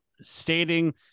stating